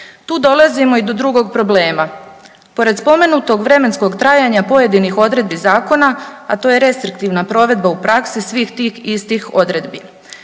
Tu dolazimo i do drugog problema. Pored spomenutog vremenskog trajanja pojedinih odredbi zakona, a to je restriktivna provedba u praksi svih tih istih odredbi,